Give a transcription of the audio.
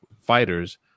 fighters